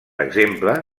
exemple